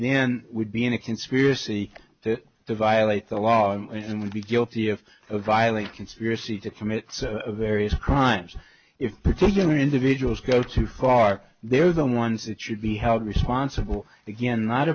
then we'd be in a conspiracy to violate the law and would be guilty of a violent conspiracy to commit various crimes if particular individuals go too far they're the ones that should be held responsible again not